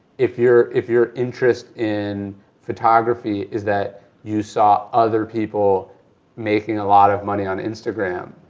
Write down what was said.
if your if your interest in photography is that you saw other people making a lot of money on instagram,